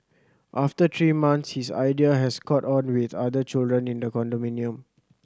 after three months his idea has caught on with other children in the condominium